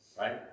right